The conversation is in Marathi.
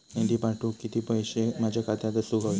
निधी पाठवुक किती पैशे माझ्या खात्यात असुक व्हाये?